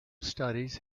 studies